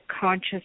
Conscious